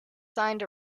signed